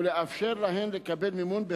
ולאפשר להן לקבל מימון,